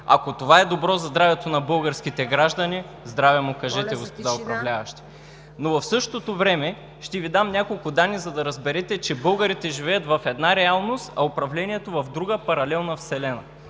Ако това е добро за здравето на българските граждани, здраве му кажете, господа управляващи! Но в същото време ще Ви дам няколко данни, за да разберете, че българите живеят в една реалност, а управлението – в друга, паралелна вселена.